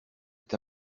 est